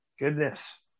goodness